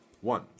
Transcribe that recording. One